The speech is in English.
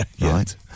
Right